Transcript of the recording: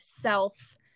self